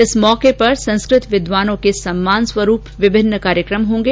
इस मौके पर संस्कृत विद्वानों के सम्मान स्वरूप विभिन्न कार्यक्रम होंगे